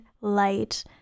light